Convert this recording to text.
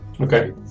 Okay